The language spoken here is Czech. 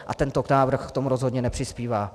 A tento návrh k tomu rozhodně nepřispívá.